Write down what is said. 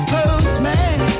Postman